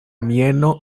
mieno